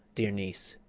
dear niece.